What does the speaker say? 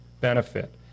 benefit